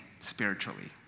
spiritually